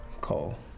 Cole